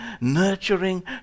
nurturing